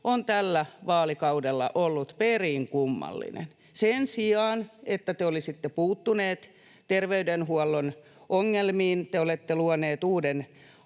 on tällä vaalikaudella ollut perin kummallinen. Sen sijaan, että te olisitte puuttuneet terveydenhuollon ongelmiin, te olette luoneet uuden